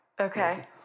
Okay